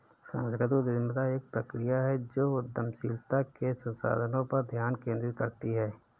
सांस्कृतिक उद्यमिता एक प्रक्रिया है जो उद्यमशीलता के संसाधनों पर ध्यान केंद्रित करती है